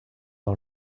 all